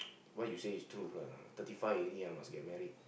what you say is true lah thirty five already I must get married